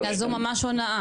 רגע, אז זו ממש הונאה?